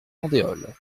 andéol